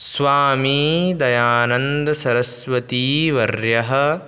स्वामिदयानन्दसरस्वतीवर्यः